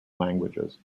languages